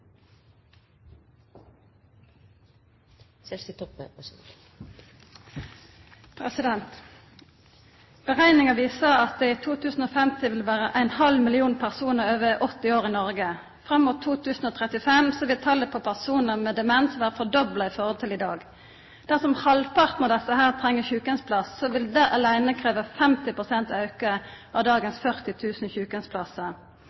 viser at det i 2050 vil vera ein halv million personar over 80 år i Noreg. Fram mot 2035 vil talet på personar med demens vera fordobla i forhold til i dag. Dersom halvparten av desse treng sjukeheimsplass, vil det aleine krevja 50 pst. auke av